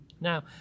Now